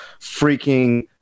freaking